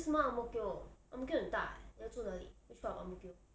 为什么 ang mo kio ang mo kio 很大 eh 你要住哪里 which part of ang mo kio